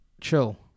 Chill